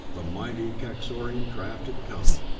the mighty kaxorian craft had come,